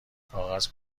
کاغذ